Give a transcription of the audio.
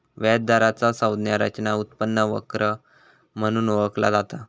व्याज दराचा संज्ञा रचना उत्पन्न वक्र म्हणून ओळखला जाता